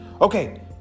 okay